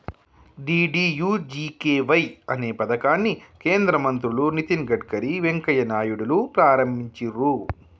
DDUGKY అనే పథకాన్ని కేంద్ర మంత్రులు నితిన్ గడ్కరీ, వెంకయ్య నాయుడులు ప్రారంభించిర్రు